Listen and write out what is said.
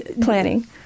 planning